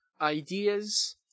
ideas